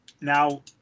now